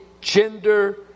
gender